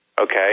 Okay